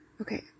Okay